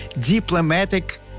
diplomatic